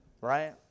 right